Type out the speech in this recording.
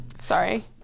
Sorry